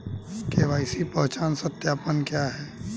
KYC पहचान सत्यापन क्या है?